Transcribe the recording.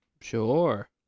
Sure